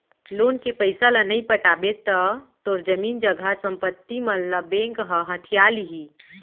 loan के पइसा ल नइ पटाबे त तोर जमीन जघा संपत्ति मन ल बेंक ह हथिया लिही